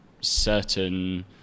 certain